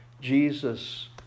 Jesus